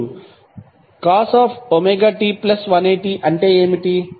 ఇప్పుడు cos ωt180 అంటే ఏమిటి